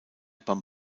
beim